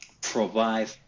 provide